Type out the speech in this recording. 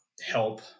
help